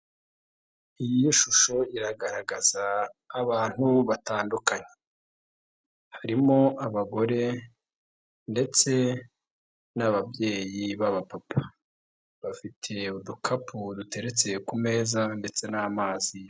Iyi shusho iragaragaza abantu batandukanye harimo abagore ndetse n'ababyeyi b'abapapa bafite udukapu duteretse ku meza ndetse n'amazi.